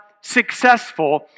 successful